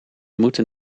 moeten